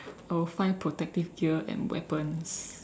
I will find protective gears and weapons